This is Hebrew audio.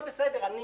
אבל בסדר, אני